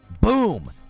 boom